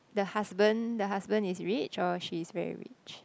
the husband the husband is rich or she is very rich